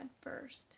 first